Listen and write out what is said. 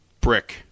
brick